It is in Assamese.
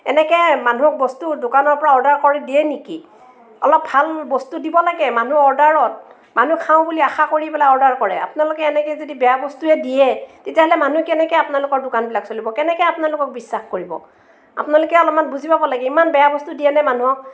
এনেকৈ মানুহক বস্তু দোকানৰ পৰা অৰ্ডাৰ কৰি দিয়ে নেকি অলপ ভাল বস্তু দিব লাগে মানুহ অৰ্ডাৰত মানুহ খাওঁ বুলি আশা কৰি পেলাই অৰ্ডাৰ কৰে আপোনালোকে এনেকৈ যদি বেয়া বস্তুয়েই দিয়ে তেতিয়াহ'লে মানুহে কেনেকৈ আপোনালোকৰ দোকানবিলাক চলিব কেনেকৈ আপোনালোকক বিশ্বাস কৰিব আপোনালোকে অলপমান বুজি পাব লাগে ইমান বেয়া বস্তু দিয়ে নে মানুহক